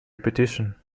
repetition